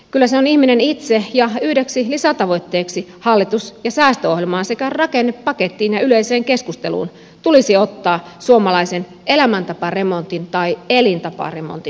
kyllä se on ihminen itse ja yhdeksi lisätavoitteeksi hallitus ja säästöohjelmaan sekä rakennepakettiin ja yleiseen keskusteluun tulisi ottaa suomalaisen elämäntaparemontin tai elintaparemontin käynnistäminen